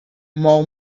mou